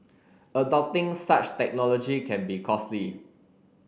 adopting such technology can be costly